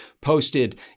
posted